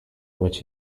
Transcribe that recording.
which